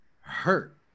hurt